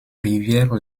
rivières